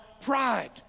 pride